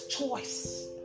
choice